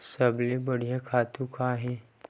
सबले बढ़िया खातु का हे?